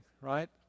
right